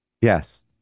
yes